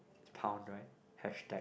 pound right hashtag